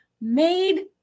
made